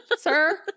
Sir